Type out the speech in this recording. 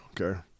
okay